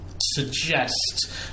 suggest